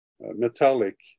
metallic